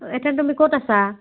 এতিয়া তুমি ক'ত আছা